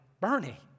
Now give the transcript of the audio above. Bernie